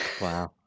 Wow